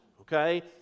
okay